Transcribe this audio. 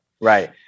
Right